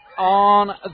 On